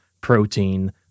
protein